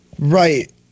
right